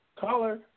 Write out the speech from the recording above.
Caller